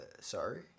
sorry